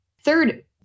Third